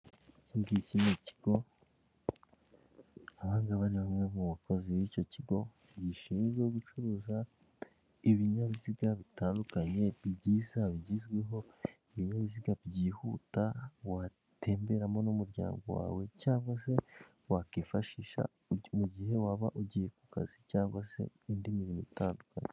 Iki ngiki ni ikigo, aba ngaba ni bamwe mu bakozi b'icyo kigo gishinzwe gucuruza ibinyabiziga bitandukanye byiza bigezweho ibinyabiziga byihuta watemberamo n'umuryango wawe cyangwa se wakwifashisha mu gihe waba ugiye ku kazi cyangwa se indi mirimo itandukanye.